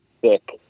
thick